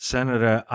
Senator